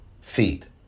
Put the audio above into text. feet